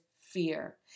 fear